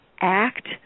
act